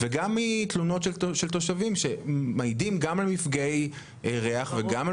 וגם מתלונות של תושבים שמעידים גם על מפגעי ריח וגם על